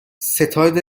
ستاد